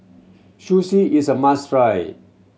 sushi is a must try